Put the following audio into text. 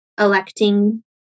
electing